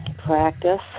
Practice